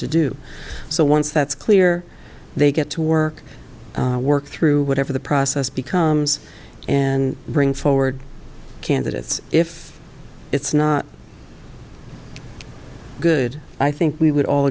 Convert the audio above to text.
to do so once that's clear they get to work work through whatever the process becomes and bring forward candidates if it's not good i think we would all